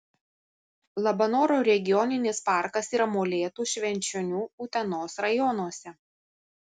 labanoro regioninis parkas yra molėtų švenčionių utenos rajonuose